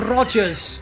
Rogers